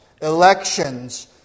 elections